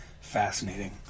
fascinating